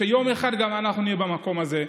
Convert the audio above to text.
יום אחד גם אנחנו נהיה במקום הזה,